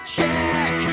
Check